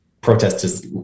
protesters